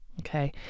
okay